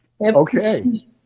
Okay